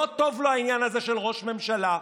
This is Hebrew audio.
לא טוב לו העניין הזה של ראש ממשלה,